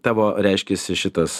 tavo reiškiasi šitas